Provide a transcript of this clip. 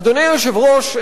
אדוני היושב-ראש,